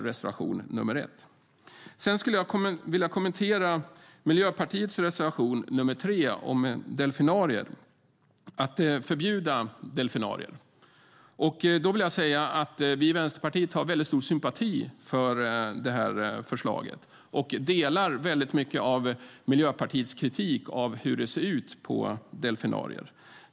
Jag skulle vilja kommentera Miljöpartiets reservation nr 3 om att förbjuda delfinarier. Vi i Vänsterpartiet har stor sympati för detta förslag och delar mycket av Miljöpartiets kritik mot hur det ser ut på delfinarier.